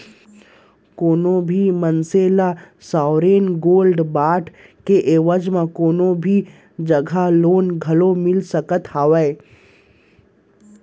कोनो भी मनसे ल सॉवरेन गोल्ड बांड के एवज म कोनो भी जघा लोन घलोक मिल सकत हावय